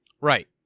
Right